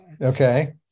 okay